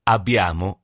Abbiamo